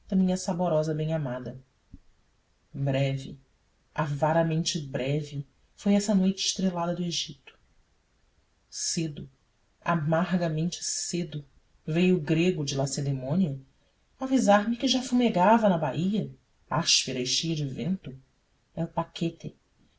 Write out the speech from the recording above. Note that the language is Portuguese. minha saborosa bem amada breve avaramente breve foi essa noite estrelada do egito cedo amargamente cedo veio o grego de lacedemônia avisar me que já fumegava na baía áspera e cheia de vento el paquete